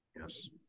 Yes